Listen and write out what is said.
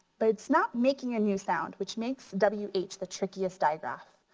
but it's not making a new sound which makes w h the trickiest diagraph.